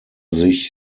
sich